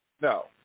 No